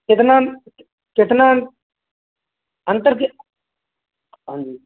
कितना कितना अंतर क्या हाँ जी